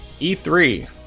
E3